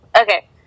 Okay